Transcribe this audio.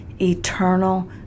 eternal